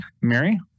Mary